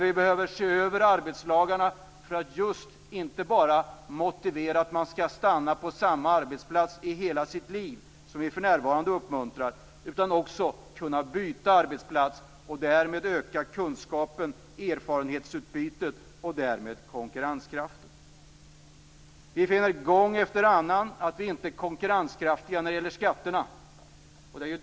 Vi behöver se över arbetslagarna, så att människor inte motiveras att stanna på samma arbetsplats i hela sitt liv, som vi för närvarande uppmuntrar, utan också skall kunna byta arbetsplats. Därmed ökar kunskapen, erfarenhetsutbytet och konkurrenskraften. Vi finner gång efter annan att vi inte är konkurrenskraftiga när det gäller skatterna.